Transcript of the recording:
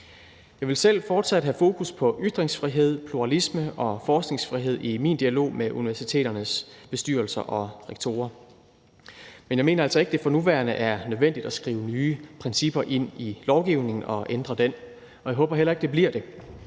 Jeg vil selv fortsat have fokus på ytringsfrihed, pluralisme og forskningsfrihed i min dialog med universiteternes bestyrelser og rektorer, men jeg mener altså ikke, at det for nuværende er nødvendigt at skrive nye principper ind i lovgivningen og ændre den. Og jeg håber heller ikke, at det bliver det,